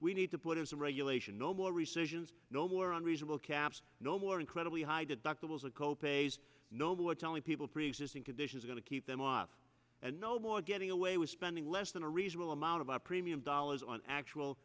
we need to put in some regulation no more resurgence no more on reasonable caps no more incredibly high deductibles and co pays no more telling people preexisting conditions going to keep them off and no more getting away with spending less than a reasonable amount of our premium dollars on actual